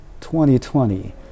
2020